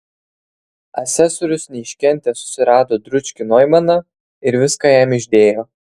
asesorius neiškentęs susirado dručkį noimaną ir viską jam išdėjo